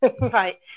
Right